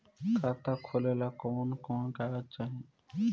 खाता खोलेला कवन कवन कागज चाहीं?